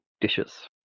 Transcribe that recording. dishes